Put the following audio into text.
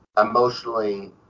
emotionally